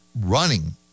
running